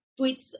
tweets